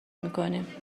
میکنی